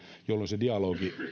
jolloin dialogi